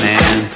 Man